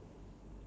ya